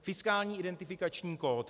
Fiskální identifikační kód.